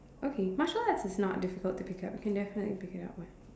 okay martial arts is not difficult to pick up you can definitely pick it up [one]